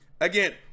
Again